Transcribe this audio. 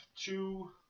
two